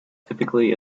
typically